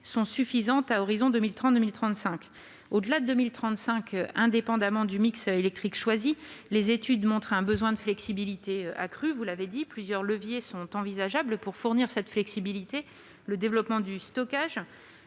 sont suffisantes à l'horizon de 2030-2035. Au-delà de 2035, indépendamment du mix électrique choisi, les études montrent un besoin de flexibilité accru. Plusieurs leviers sont envisageables à cette fin : le développement du stockage,